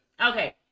Okay